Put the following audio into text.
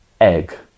egg